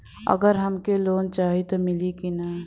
अगर हमके लोन चाही त मिली की ना?